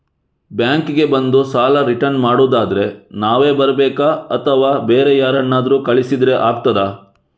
Bank ಗೆ ಬಂದು ಸಾಲ ರಿಟರ್ನ್ ಮಾಡುದಾದ್ರೆ ನಾವೇ ಬರ್ಬೇಕಾ ಅಥವಾ ಬೇರೆ ಯಾರನ್ನಾದ್ರೂ ಕಳಿಸಿದ್ರೆ ಆಗ್ತದಾ?